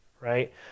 right